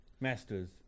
Masters